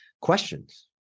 questions